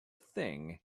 thing